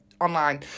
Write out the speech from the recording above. online